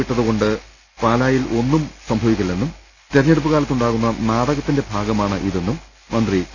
വിട്ടതുകൊണ്ട് പാലായിൽ ഒന്നും സംഭവിക്കില്ലെന്നും തെരഞ്ഞെടുപ്പ് കാലത്തു ണ്ടാകുന്ന നാടകത്തിന്റെ ഭാഗമാണെന്നും മന്ത്രി എ